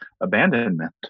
abandonment